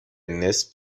نصف